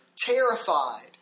terrified